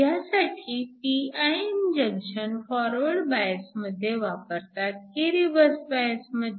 ह्यासाठी pin junction forward bias मध्ये वापरतात की रिव्हर्स बायस मध्ये